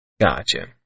Gotcha